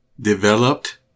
Developed